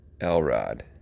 Elrod